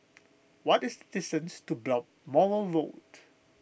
what is distance to Balmoral Road